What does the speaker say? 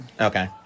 Okay